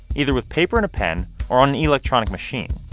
either with paper and a pen or on an electronic machine.